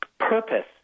Purpose